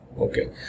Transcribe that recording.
Okay